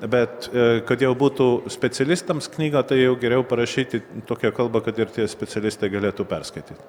bet kad jau būtų specialistams knyga tai jau geriau parašyti tokia kalba kad ir tie specialistai galėtų perskaityt